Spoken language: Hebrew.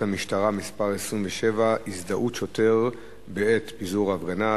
המשטרה (מס' 27) (הזדהות שוטר בעת פיזור הפגנה),